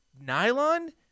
nylon